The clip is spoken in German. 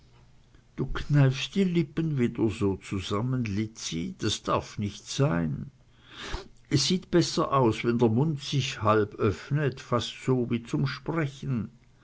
du kneifst wieder die lippen so zusammen lizzi das darf nicht sein es sieht besser aus wenn der mund sich halb öffnet fast so wie zum sprechen